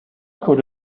could